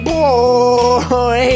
boy